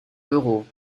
euros